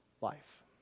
life